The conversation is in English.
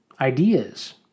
ideas